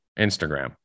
Instagram